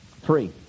three